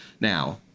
Now